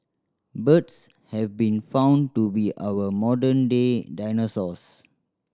birds have been found to be our modern day dinosaurs